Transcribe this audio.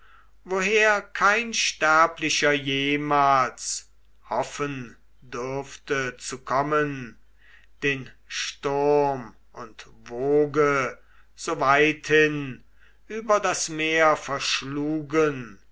woher kein sterblicher jemals hoffen dürfte zu kommen den sturm und woge so weithin über das meer verschlugen